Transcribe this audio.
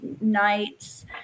nights